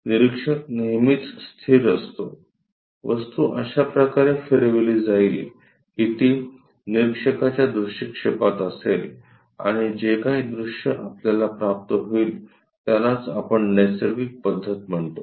निरीक्षक नेहमीच स्थिर असतो वस्तू अशा प्रकारे फिरविली जाईल की ती निरीक्षकाच्या दृष्टीक्षेपात असेल आणि जे काही दृश्य आपल्याला प्राप्त होईल त्यालाच आपण नैसर्गिक पद्धत म्हणतो